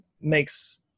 makes